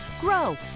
grow